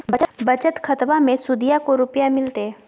बचत खाताबा मे सुदीया को रूपया मिलते?